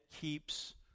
keeps